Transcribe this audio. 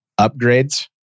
upgrades